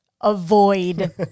Avoid